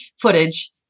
footage